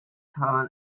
tern